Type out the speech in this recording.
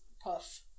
puff